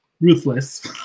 ruthless